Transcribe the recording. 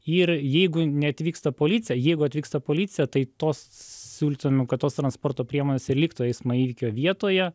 ir jeigu neatvyksta policija jeigu atvyksta policija tai tos siūlytume kad tos transporto priemonės ir liktų eismo įvykio vietoje